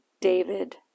David